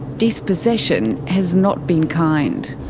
dispossession has not been kind.